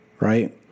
Right